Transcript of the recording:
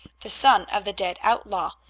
the son of the dead outlaw,